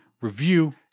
review